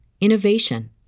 innovation